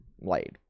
laid